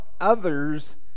others